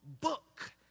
book